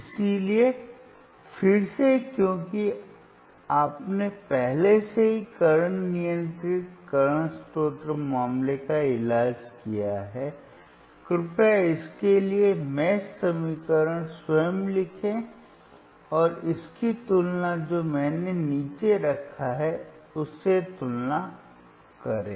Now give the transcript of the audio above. इसलिए फिर से क्योंकि आपने पहले से ही करंट नियंत्रित करंट स्रोत मामले का इलाज किया है कृपया इसके लिए मेष समीकरण स्वयं लिखें और इसकी तुलना जो मैंने नीचे रखा है उससे तुलना करें